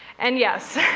and. yes.